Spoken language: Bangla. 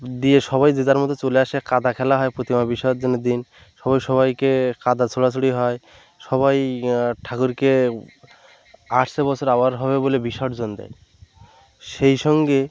দিয়ে সবাই যে যার মতো চলে আসে কাদা খেলা হয় প্রতিমা বিসজ্যনের দিন সবাই সাবাইকে কাদা ছোঁড়াছুঁড়ি হয় সবাই ঠাকুরকে আসছে বছর আবার হবে বলে বিসর্জন দেয় সেই সঙ্গে